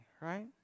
right